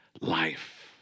life